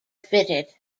fitted